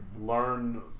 learn